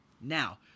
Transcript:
Now